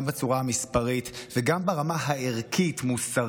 גם בצורה המספרית וגם ברמה הערכית-מוסרית,